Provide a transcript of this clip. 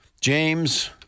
James